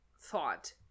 thought